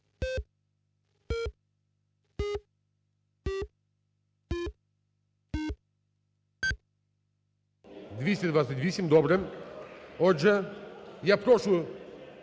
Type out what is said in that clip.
228. Добре. Отже, я прошу